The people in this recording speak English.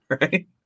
Right